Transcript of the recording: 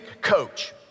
coach